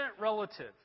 relative